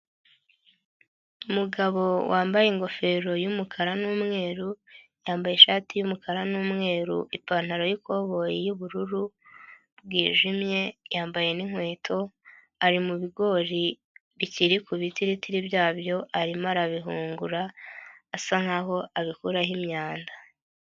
Umugabo wambaye ingofero y'umukara n'umweru, yambaye ishati y'umukara n'umweru, ipantaro y'ikoboyi y'ubururu bwijimye, yambaye n'inkweto, ari mubigori bikiri ku bitigitiri byabyo arimo arabihungura asa nk'aho abikuraho imyanda.